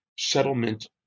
Settlement